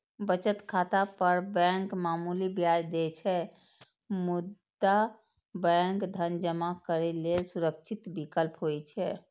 बचत खाता पर बैंक मामूली ब्याज दै छै, मुदा बैंक धन जमा करै लेल सुरक्षित विकल्प होइ छै